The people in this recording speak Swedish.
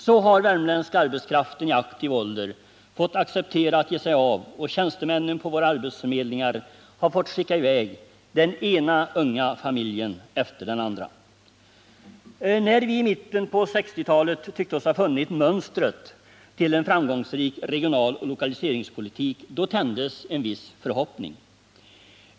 Så har den värmländska arbetskraften i aktiv ålder fått acceptera att ge sig av, och tjänstemännen på våra arbetsförmedlingar har fått skicka iväg den ena unga familjen efter den andra. När vi i mitten på 1960-talet tyckte oss ha funnit mönstret till en framgångsrik regionaloch lokaliseringspolitik, tändes en viss förhoppning.